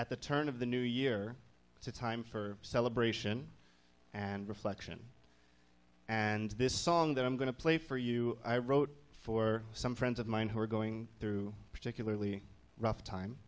at the turn of the new year it's a time for celebration and reflection and this song that i'm going to play for you i wrote for some friends of mine who are going through a particularly rough time